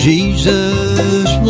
Jesus